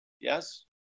Yes